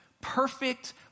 perfect